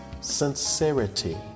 sincerity